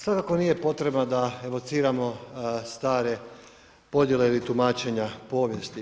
Svakako nije potrebno da evociramo stare podjele ili tumačenja povijesti.